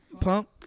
pump